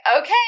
okay